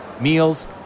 meals